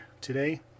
today